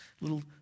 little